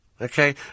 Okay